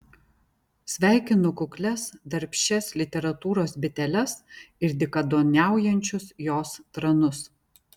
sveikinu kuklias darbščias literatūros biteles ir dykaduoniaujančius jos tranus